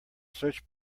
search